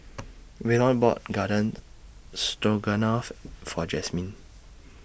Waylon bought Garden Stroganoff For Jasmyne